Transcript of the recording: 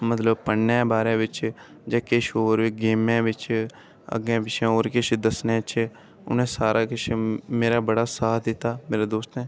अग्गै मतलब पढ़ने दे बारे बिच जेह्के होर गेमें बिच अग्गै पिच्छेै होर किश दस्सने बिच उ'नें सारा किश मेरा बड़ा साथ दित्ता मेरे दोस्तें